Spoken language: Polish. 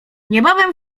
niebawem